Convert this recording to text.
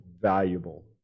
valuable